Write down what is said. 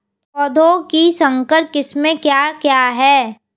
पौधों की संकर किस्में क्या क्या हैं?